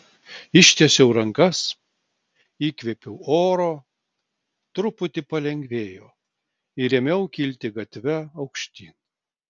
ištiesiau rankas įkvėpiau oro truputį palengvėjo ir ėmiau kilti gatve aukštyn